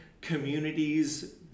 communities